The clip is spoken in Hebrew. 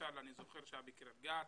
למשל אני זוכר שהיה בקרית גת,